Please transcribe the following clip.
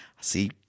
see